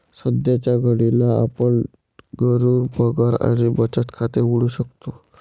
सध्याच्या घडीला आपण घरून पगार आणि बचत खाते उघडू शकतो